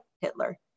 Hitler